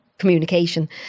communication